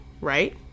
right